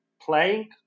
playing